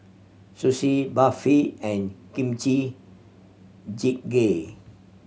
Sushi Barfi and Kimchi Jjigae